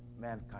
mankind